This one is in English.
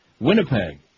Winnipeg